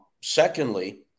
Secondly